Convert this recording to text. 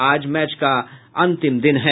आज मैच का अंतिम दिन है